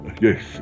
Yes